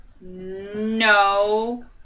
No